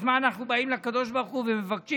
אז מה אנחנו באים לקדוש ברוך הוא ומבקשים?